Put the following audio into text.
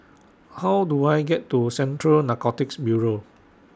How Do I get to Central Narcotics Bureau